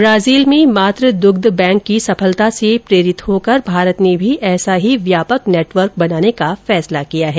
Brazil में मातू दुग्ध बैंक की सफलता से प्रेरित होकर भारत ने भी ऐसा ही व्यापक नेटवर्क बनाने का फैसला किया है